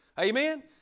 Amen